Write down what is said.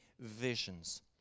visions